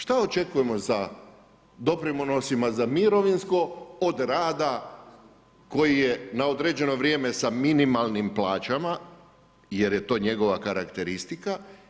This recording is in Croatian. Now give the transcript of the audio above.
Šta očekujemo sa doprinosima za mirovinsko, od rada, koji je na određeno vrijeme, sa minimalnim plaćama, jer je to njegova karakteristika.